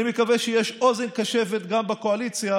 אני מקווה שיש אוזן קשבת גם בקואליציה,